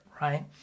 right